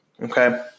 Okay